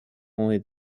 only